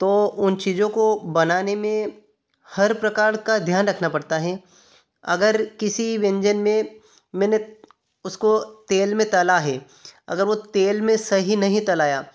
तो उन चीज़ों को बनाने में हर प्रकार का ध्यान रखना पड़ता है अगर किसी व्यंजन में मैंने उसको तेल में तला है अगर वो तेल में सही नहीं तला